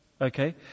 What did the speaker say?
Okay